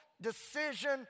decision